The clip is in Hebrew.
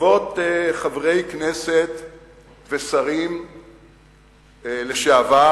בעקבות חברי כנסת ושרים לשעבר,